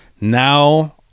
Now